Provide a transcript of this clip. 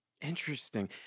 Interesting